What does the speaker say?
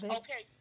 okay